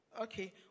okay